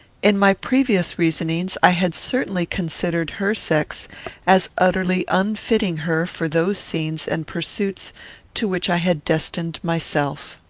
in my previous reasonings i had certainly considered her sex as utterly unfitting her for those scenes and pursuits to which i had destined myself.